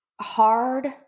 hard